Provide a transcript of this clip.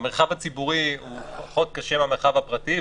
המרחב הציבורי הוא פחות קשה מהמרחב הפרטי,